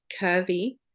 curvy